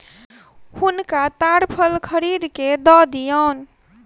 हुनका ताड़ फल खरीद के दअ दियौन